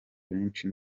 benshi